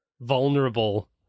vulnerable